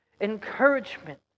encouragement